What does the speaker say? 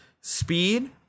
speed